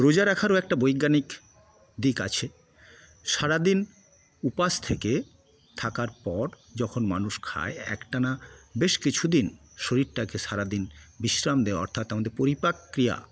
রোজা রাখারও একটা বৈজ্ঞানিক দিক আছে সারাদিন উপোস থাকার পর যখন মানুষ খায় একটানা বেশ কিছুদিন শরীরটাকে সারাদিন বিশ্রাম দেয় অর্থাৎ আমাদের পরিপাক ক্রিয়া